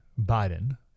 Biden